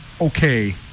okay